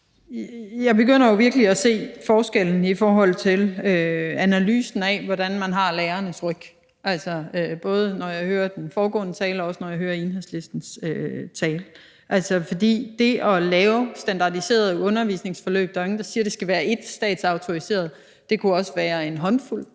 jeg begynder jo virkelig at se forskellen i forhold til analysen af, hvordan man har lærernes ryg, både når jeg hører den foregående taler, og når jeg hører Enhedslistens tale. Hvad angår det at lave standardiserede undervisningsforløb, er der jo ingen, der siger, at det skal være ét statsautoriseret forløb; det kunne også være en håndfuld